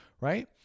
right